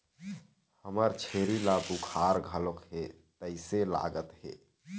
हमर छेरी ल बुखार घलोक हे तइसे लागत हे